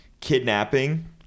Kidnapping